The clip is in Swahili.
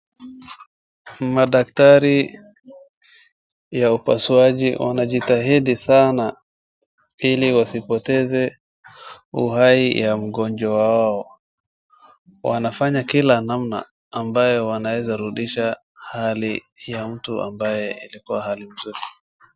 Madaktari ya upasuaji wanajitahidi sana ili wasipoteze uhai ya mgonjwa wao. Wanafanya kila namna ambayo wanaeza rudisha hali ya mtu ambaye ilikuwa hali mahututi.